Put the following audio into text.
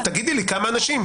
תגידי לי, כמה אנשים?".